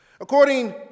According